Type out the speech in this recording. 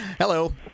Hello